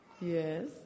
Yes